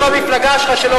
תתחיל במפלגה שלך,